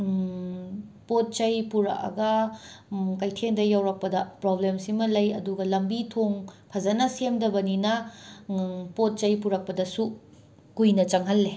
ꯄꯣꯠ ꯆꯩ ꯄꯨꯔꯛꯑꯒ ꯀꯩꯊꯦꯜꯗ ꯌꯧꯔꯛꯄꯗ ꯄ꯭ꯔꯣꯕ꯭ꯂꯦꯝꯁꯤꯃ ꯂꯩ ꯑꯗꯨꯒ ꯂꯝꯕꯤ ꯊꯣꯡ ꯐꯖꯅ ꯁꯦꯝꯗꯕꯅꯤꯅ ꯄꯣꯠꯆꯩ ꯄꯨꯔꯛꯄꯗꯁꯨ ꯀꯨꯏꯅ ꯆꯪꯍꯜꯂꯤ